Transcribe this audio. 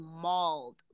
mauled